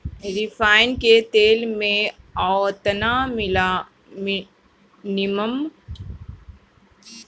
refine के तेल में ओतना निमन मीट मछरी ना बनेला